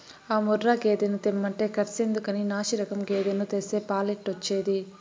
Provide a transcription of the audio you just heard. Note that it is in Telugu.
ఆ ముర్రా గేదెను తెమ్మంటే కర్సెందుకని నాశిరకం గేదెను తెస్తే పాలెట్టొచ్చేది